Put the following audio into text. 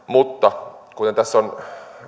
mutta kuten tässä on